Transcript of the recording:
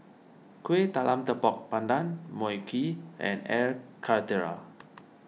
Kueh Talam Tepong Pandan Mui Kee and Air Karthira